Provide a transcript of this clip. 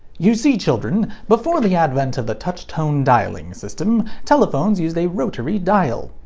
you see children, before the advent of the touch-tone dialing system, telephones used a rotary dial.